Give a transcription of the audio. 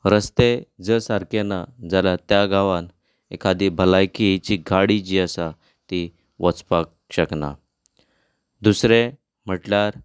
रस्ते जर सारकें ना जाल्यार त्या गांवांन एकादी भलायकी हेची गाडी जी आसा ती वचपाक शकना दुसरें म्हटल्यार